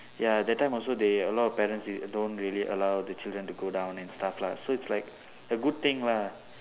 ya that time also they a lot of parents they don't really allow the children to go down and stuff lah so it's like a good thing lah